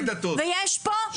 ויש פה --- שתי דתות.